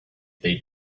they